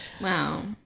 Wow